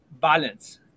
balance